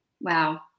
Wow